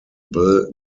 bill